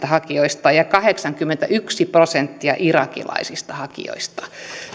hakijoista ja kahdeksankymmentäyksi prosenttia irakilaisista hakijoista